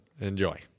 Enjoy